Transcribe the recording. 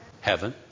heaven